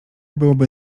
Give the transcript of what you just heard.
byłoby